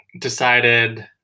decided